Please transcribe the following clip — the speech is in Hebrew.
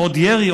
עוד ירי?